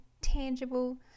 tangible